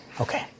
Okay